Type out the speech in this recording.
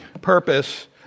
purpose